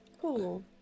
cool